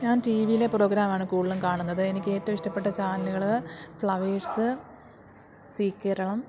ഞാൻ ടീ വിയിലെ പ്രോഗ്രാമാണ് കൂടുതലും കാണുന്നത് എനിക്കേറ്റോം ഇഷ്ടപ്പെട്ട ചാനലുകൾ ഫ്ലവേഴ്സ് സി കേരളം